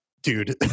dude